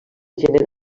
gener